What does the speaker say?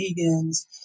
vegans